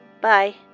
Bye